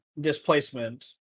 displacement